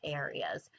areas